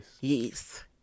Yes